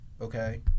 okay